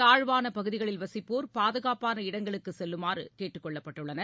தாழ்வானபகுதிகளில் வசிப்போர் பாதுகாப்பான இடங்களுக்குசெல்லுமாறும் கேட்டுக்கொள்ளப்பட்டுள்ளனர்